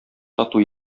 тату